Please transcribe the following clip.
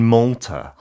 Malta